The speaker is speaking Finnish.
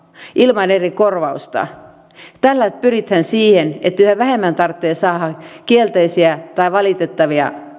ilman eri korvausta tällä pyritään siihen että yhä vähemmän tarvitsee saada kielteisiä tai